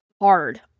hard